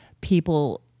people